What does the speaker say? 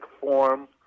form